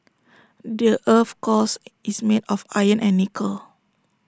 the Earth's cores is made of iron and nickel